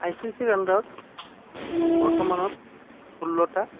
আইচিচিৰ আণ্ডাৰত বৰ্তমানত ষোল্লটা